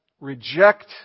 reject